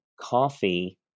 coffee